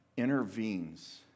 intervenes